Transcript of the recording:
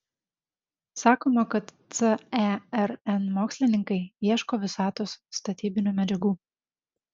sakoma kad cern mokslininkai ieško visatos statybinių medžiagų